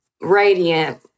radiant